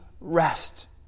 rest